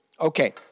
Okay